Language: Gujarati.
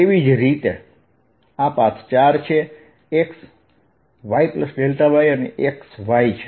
તેવી જ રીતે આ પાથ 4 છે આ xyy અને xy છે